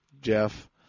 jeff